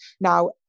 Now